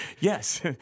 Yes